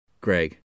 Greg